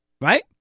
Right